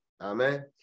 amen